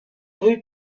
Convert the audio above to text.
rue